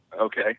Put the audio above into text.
Okay